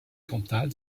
cantal